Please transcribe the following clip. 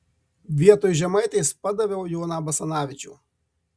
vietoj žemaitės padaviau joną basanavičių